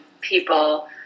people